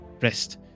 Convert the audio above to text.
rest